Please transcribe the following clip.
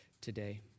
today